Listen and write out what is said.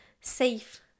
safe